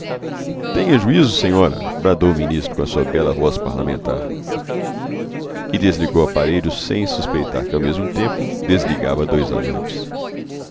tenha juízo senhora bradou o ministro com a sua bela voz parlamentar e desligou o aparelho sem suspeitar que ao mesmo tempo desligava dois amantes